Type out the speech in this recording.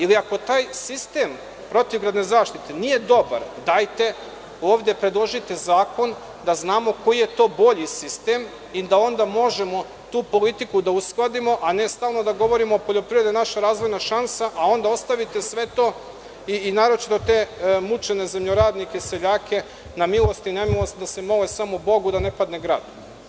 Ili ako taj sistem protivgradne zaštite nije dobar, dajte ovde predložite zakon, da znamo koji je to bolji sistem i da onda možemo tu politiku da uskladimo, a ne stalno da govorimo da je poljoprivreda naša razvojna šansa, a onda ostavite sve to, i naročito te mučene zemljoradnike, seljake na milost i nemilost, da se mole samo Bogu da ne padne grad.